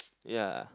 ya